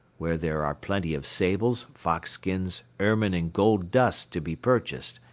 where there are plenty of sables, fox-skins, ermine and gold dust to be purchased,